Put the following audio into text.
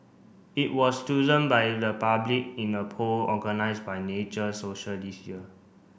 it was chosen by the public in a poll organised by Nature Social this year